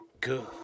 good